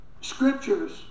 scriptures